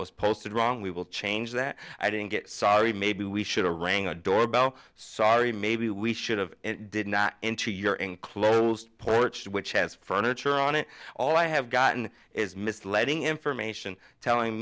was posted wrong we will change that i didn't get sorry maybe we should a rang a doorbell sorry maybe we should have it did not into your enclosed porch which has furniture on it all i have gotten is mis letting information telling